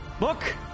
Look